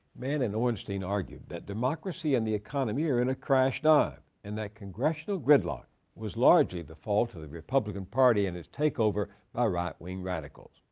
mann and ornstein argued that democracy and the economy are in a crash dive, and that congressional gridlock was largely the fault of the republican party and its takeover by right wing radicals.